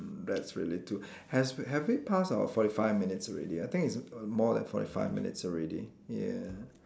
that's really too has have we passed our forty five minutes already I think it's more than forty five minutes already ya